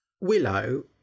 Willow